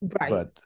Right